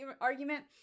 argument